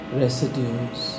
residues